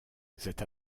cette